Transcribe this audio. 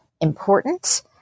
important